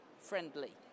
friendly